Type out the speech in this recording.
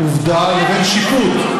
עובדה לבין שיפוט.